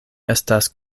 estas